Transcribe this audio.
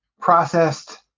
processed